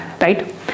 right